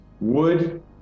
Wood